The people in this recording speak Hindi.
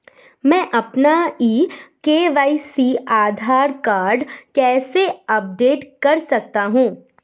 मैं अपना ई के.वाई.सी आधार कार्ड कैसे अपडेट कर सकता हूँ?